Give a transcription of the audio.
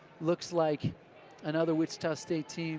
looks like another wichita state team